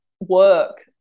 work